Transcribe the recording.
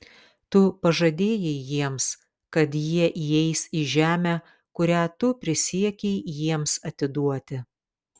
tu pažadėjai jiems kad jie įeis į žemę kurią tu prisiekei jiems atiduoti